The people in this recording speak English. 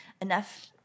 enough